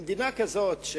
במדינה כזאת,